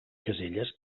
caselles